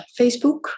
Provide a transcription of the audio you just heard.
facebook